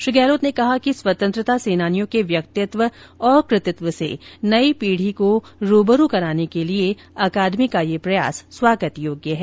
श्री गहलोत ने कहा कि स्वतंत्रता सेनानियों के व्यक्तित्व और कृतित्व से नई पीढ़ी को रूबरू कराने के लिए अकादमी का यह प्रयास स्वागत योग्य है